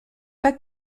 pas